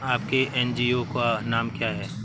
आपके एन.जी.ओ का नाम क्या है?